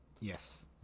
Yes